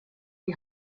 die